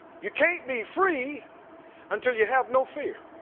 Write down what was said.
you can't be free until you have no fear.